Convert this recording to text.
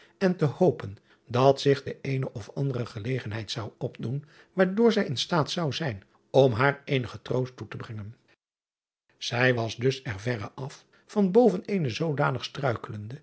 en te hopen dat zich de eene of andere gelegenheid zou opdoen waardoor zij in staat zou zijn om haar eenigen troost toe te brengen ij was dus er verre af van boven eene zoodanig struikelende